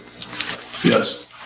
Yes